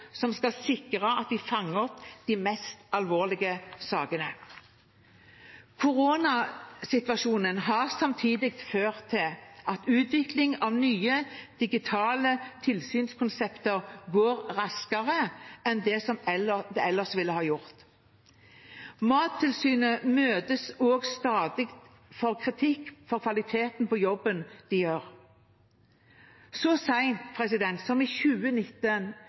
som skal sikre at de fanger opp de alvorligste sakene. Koronasituasjonen har samtidig ført til at utviklingen av nye digitale tilsynskonsepter går raskere enn det ellers ville gjort. Mattilsynet møter stadig kritikk for kvaliteten på jobben de gjør. Så sent som i 2019